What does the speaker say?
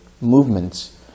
movements